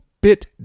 bit